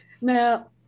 now